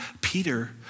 Peter